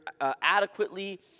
adequately